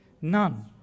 None